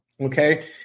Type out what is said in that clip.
okay